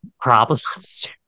problems